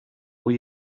were